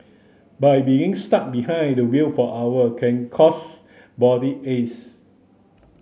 but being stuck behind the wheel for hours can cause body aches